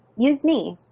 use me,